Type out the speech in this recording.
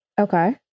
Okay